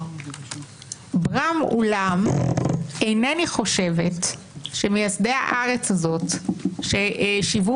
אולם אינני חושבת שמייסדי הארץ הזאת ששיוו